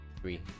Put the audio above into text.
three